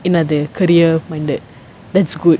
in other career minded that's good